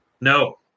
No